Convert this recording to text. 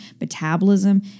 metabolism